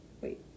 Wait